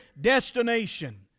destination